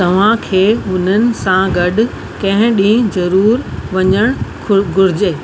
तव्हांखे हुननि सां गॾु कंहिं ॾींहुं ज़रूरु वञणु घुरिजे